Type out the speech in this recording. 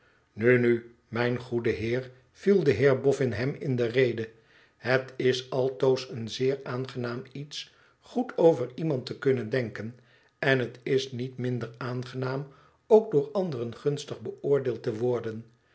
nu nu mijn goede heer viel de heer boffin hem m de rede het b altoos een zeer aangenaam iets goed over iemand te kunnen denken en het is niet minder aangenaam ook door anderen gunstig beoordeeld te worden